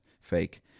Fake